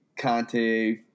Conte